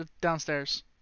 downstairs